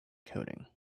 coding